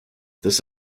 this